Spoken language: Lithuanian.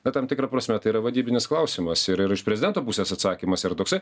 bet tam tikra prasme tai yra vadybinis klausimas ir ir iš prezidento pusės atsakymas yra toksai